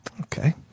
Okay